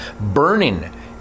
burning